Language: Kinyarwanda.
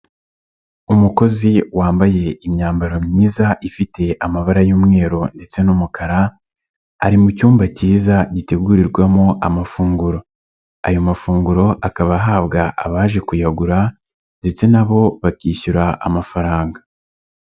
Umukozi wambaye imyambaro myiza ifite amabara y'umweru ndetse n'umukara ari mu cyumba kiza gitegurirwamo amafunguro, ayo mafunguro akaba ahabwa abaje kuyagura ndetse na bo bakishyura amafaranga.